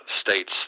states